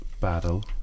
battle